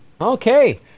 Okay